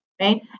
right